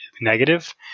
negative